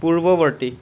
পূৰ্ববৰ্তী